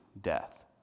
death